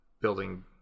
Building